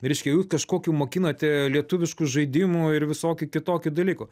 reiškia jūs kažkokių mokinate lietuviškų žaidimų ir visokių kitokių dalykų